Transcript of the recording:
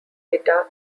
guitar